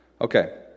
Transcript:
Okay